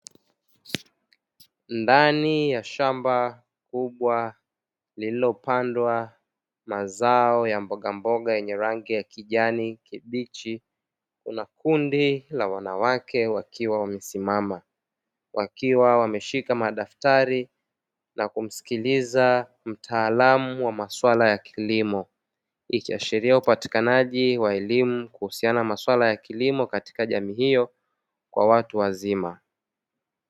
Ndani ya shamba kubwa lililopandwa mazao ya mbogamboga yenye rangi ya kijani kibichi, kuna kundi la wanawake wakiwa wamesimama, wakiwa wameshika madaftari na kumsikiliza mtaalamu wa masuala ya kilimo; ikiashiria upatikanaji wa elimu kuhusiana na masuala ya kilimo katika jamii hiyo kwa watu wazima.